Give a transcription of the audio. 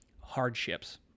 hardships